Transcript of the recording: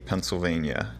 pennsylvania